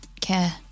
care